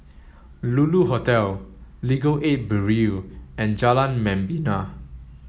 Lulu Hotel Legal Aid Bureau and Jalan Membina